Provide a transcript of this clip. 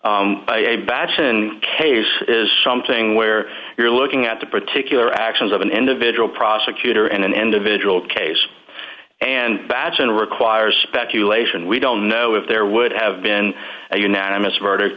batson a bachchan case is something where you're looking at the particular actions of an individual prosecutor in an individual case and bachan requires speculation we don't know if there would have been a unanimous verdict